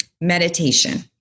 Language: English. Meditation